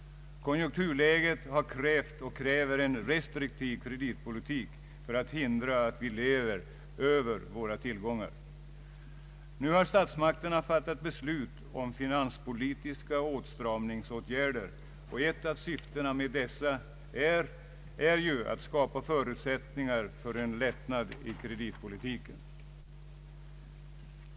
Konjunkturläget har krävt och kräver en restriktiv kreditpolitik för att hindra att vi lever över våra tillgångar. Nu har statsmakterna fattat beslut om finans politiska åtstramningsåtgärder, och ett av syftena med dessa är ju att skapa förutsättningar för en lättnad i kreditpolitiken.